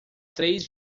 três